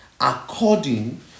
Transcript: According